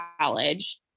college